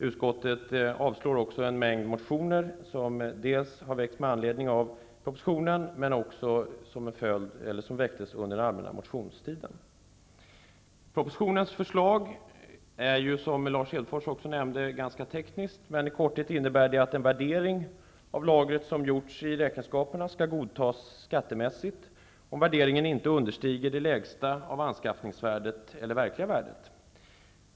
Utskottet avstyrker också en mängd motioner som har väckts dels med anledning av propositionen, dels under den allmänna motionstiden. Förslaget i propositionen är, som Lars Hedfors nämnde, ganska tekniskt. Det innebär i korthet att den värdering av lagret som gjorts i räkenskaperna skall godtas skattemässigt om värderingen inte understiger det lägsta av anskaffningsvärdet eller det verkliga värdet.